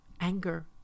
anger